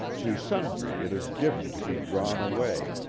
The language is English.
to sundry it is given to be drawn away,